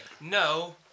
No